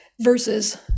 versus